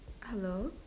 hello